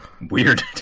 weird